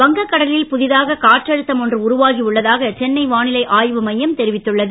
வங்கக் கடலில் புதிதாக காற்றழுத்தம் ஒன்று உருவாகி உள்ளதாக சென்னை வானிலை ஆய்வு மையம் தெரிவித்துள்ளது